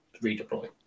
redeploy